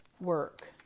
work